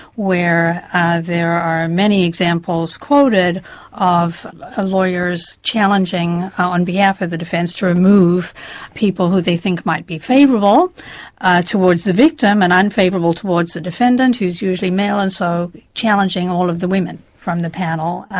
where ah there are many examples quoted of ah lawyers challenging on behalf of the defence, to remove people who they think might be favourable towards the victim and unfavourable towards the defendant who's usually male and so challenging all of the women from the panel,